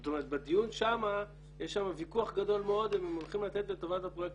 זאת אומרת בדיון שם יש ויכוח גדול מאוד אם הם הולכים לתת לטובת הפרויקט